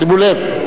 שימו לב.